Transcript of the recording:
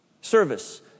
Service